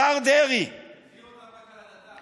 השר דרעי, תזהיר אותם רק על הדתה.